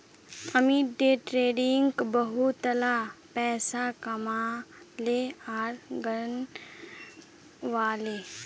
Amit day ट्रेडिंगत बहुतला पैसा कमाले आर गंवाले